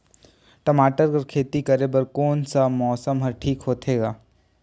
टमाटर कर खेती बर कोन मौसम हर ठीक होथे ग?